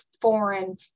Foreign